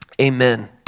amen